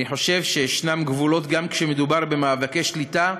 אני חושב שיש גבולות, גם כשמדובר במאבקי שליטה.